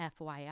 FYI